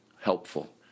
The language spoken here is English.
helpful